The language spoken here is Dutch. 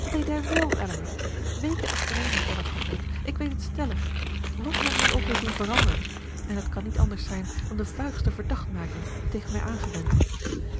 dat deed hij wèl elinor weken achtereen heeft hij dat gevoeld ik weet het stellig wàt hem nu ook heeft doen veranderen en dat kan niet anders zijn dan de vuigste verdachtmaking tegen mij aangewend